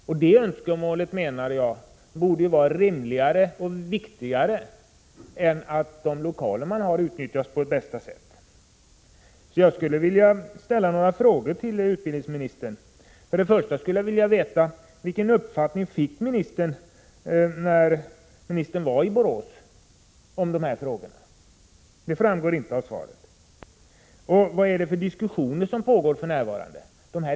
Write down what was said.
Och det önskemålet borde vara viktigare än att de lokaler som finns utnyttjas på bästa sätt. Jag skulle därför vilja ställa några frågor till utbildningsministern. Vilken uppfattning om de här frågorna fick ministern när ministern var i Borås? Det framgår ju inte av svaret. Vilka diskussioner pågår för närvarande?